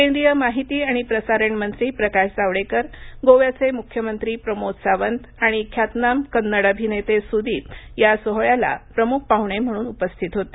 केंद्रीय माहिती आणि प्रसारण मंत्री प्रकाश जावडेकर गोव्याचे मुख्यमंत्री प्रमोद सावंत आणि ख्यातनाम कन्नड अभिनेते सुदीप या सोहळ्याला प्रमुख पाहुणे म्हणून उपस्थित होते